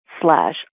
slash